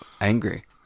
Angry